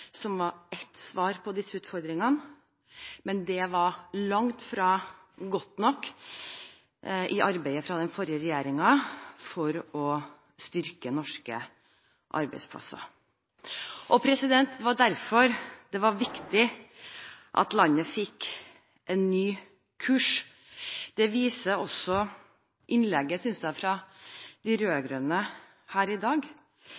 som var ett svar på disse utfordringene, men det var langt fra godt nok i arbeidet fra den forrige regjeringen for å styrke norske arbeidsplasser. Det er derfor det var viktig at landet fikk en ny kurs. Det viser også innleggene, synes jeg, fra de rød-grønne her i dag.